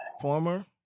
former